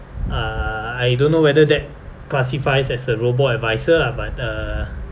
uh I don't know whether that classifies as a robo-advisor ah but uh